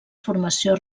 formació